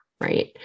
right